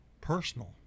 personal